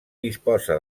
disposa